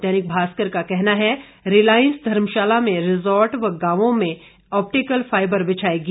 दैनिक भास्कर का कहना है रिलायंस धर्मशाला में रिजॉर्ट व गांवां में ऑप्टिकल फाइबर बिछाएगी